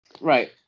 Right